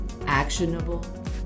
actionable